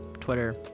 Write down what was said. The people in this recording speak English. Twitter